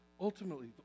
ultimately